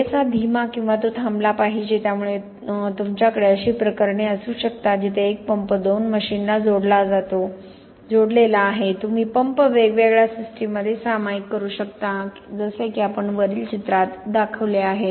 पुरेसा धीमा किंवा तो थांबला पाहिजे त्यामुळे तुमच्याकडे अशी प्रकरणे असू शकतात जिथे एक पंप दोन मशीनला जोडलेला आहे तुम्ही पंप वेगवेगळ्या सिस्टमंमध्ये सामायिक करू शकता जसे की आपण वरील चित्रात दाखवले आहे